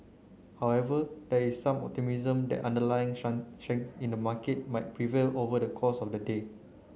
however there is some optimism that underlying in the market might prevail over the course of the day